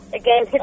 again